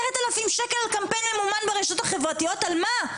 10,000 שקל על קמפיין ממומן ברשתות החברתיות - על מה?